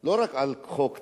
לא רק על חוק טל,